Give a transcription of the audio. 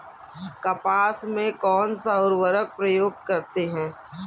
कपास में कौनसा उर्वरक प्रयोग करते हैं?